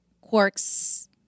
Quark's